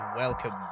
Welcome